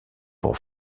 pour